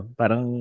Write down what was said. parang